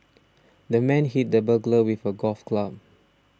the man hit the burglar with a golf club